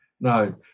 No